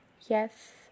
Yes